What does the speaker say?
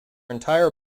entire